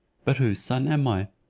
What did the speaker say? but whose son am i?